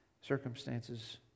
circumstances